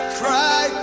cry